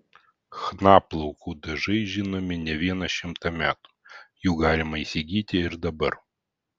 chna plaukų dažai žinomi ne vieną šimtą metų jų galima įsigyti ir dabar